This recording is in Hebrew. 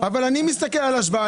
אבל אני עושה את ההשוואה.